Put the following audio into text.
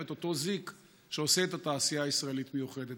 את אותו זיק שעושה את התעשייה הישראלית למיוחדת.